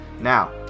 Now